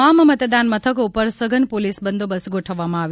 તમામ મતદાન મથકો ઉપર સઘન પોલીસ બંદોબસ્ત ગોઠવવામાં આવ્યો છે